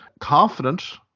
Confident